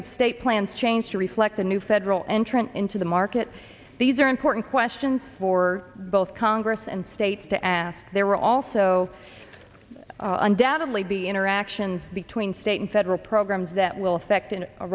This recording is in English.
of state plans change to reflect the new federal entrant into the market these are important questions for both congress and states to ask there were also undoubtedly be interactions between state and federal programs that will affect in a